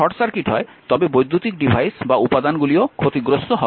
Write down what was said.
এবং যদি short circuit হয় তবে বৈদ্যুতিক ডিভাইস বা উপাদানগুলিও ক্ষতিগ্রস্থ হবে